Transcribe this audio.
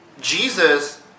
Jesus